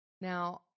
Now